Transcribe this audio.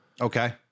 okay